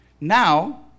Now